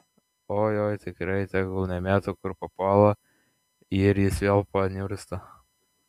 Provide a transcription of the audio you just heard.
oi oi tikrai tegul nemėto kur papuola ir jis vėl paniursta